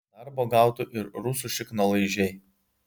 darbo gautų ir rusų šiknalaižiai